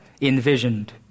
envisioned